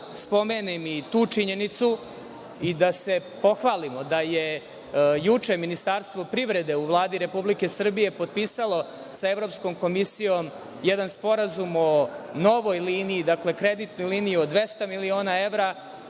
spomenem i tu činjenicu i da se pohvalimo da je juče Ministarstvo privrede u Vladi Republike Srbije potpisalo sa Evropskom komisijom jedan sporazum o novoj liniji, dakle kreditnoj liniji, od 200 miliona evra,